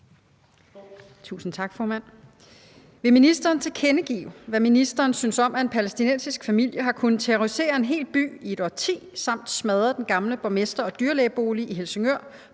Thiesen (DF): Vil ministeren tilkendegive, hvad ministeren synes om, at en palæstinensisk familie har kunnet terrorisere en hel by i et årti samt smadre den gamle borgermester- og dyrlægebolig i Helsingør